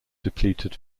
depleted